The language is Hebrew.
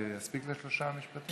זה יספיק לשלושה משפטים?